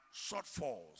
shortfalls